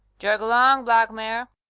jog along, black mare.